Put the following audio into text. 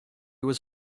was